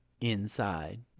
inside